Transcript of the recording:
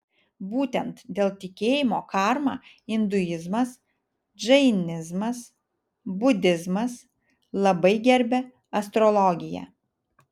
būtent dėl tikėjimo karma induizmas džainizmas budizmas labai gerbia astrologiją